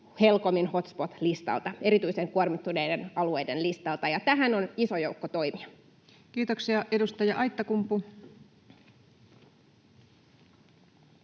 HELCOMin hotspot-listalta, erityisen kuormittuneiden alueiden listalta, ja tähän on iso joukko toimia. Kiitoksia. — Edustaja Aittakumpu.